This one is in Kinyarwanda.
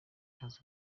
ikaze